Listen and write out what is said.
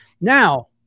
now